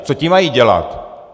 Co ti mají dělat?